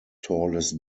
tallest